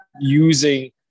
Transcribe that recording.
using